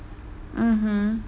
mmhmm